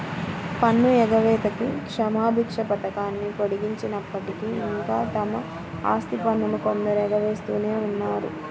పన్ను ఎగవేతకి క్షమాభిక్ష పథకాన్ని పొడిగించినప్పటికీ, ఇంకా తమ ఆస్తి పన్నును కొందరు ఎగవేస్తూనే ఉన్నారు